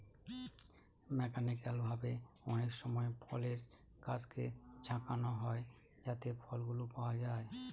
mechanical ভাবে অনেকসময় ফলের গাছকে ঝাঁকানো হয় যাতে ফলগুলো পাওয়া যায়